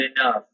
enough